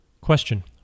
Question